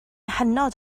hynod